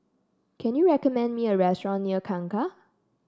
can you recommend me a restaurant near Kangkar